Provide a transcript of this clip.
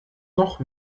noch